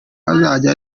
azajya